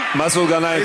מסעוד גנאים,